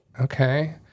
okay